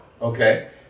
okay